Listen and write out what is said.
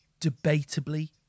debatably